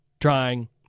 trying